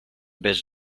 bez